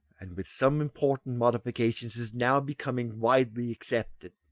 and with some unimportant modifications is now becoming widely accepted.